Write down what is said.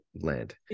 land